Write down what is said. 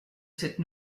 cette